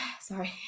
sorry